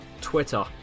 Twitter